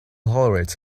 hollered